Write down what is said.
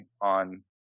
on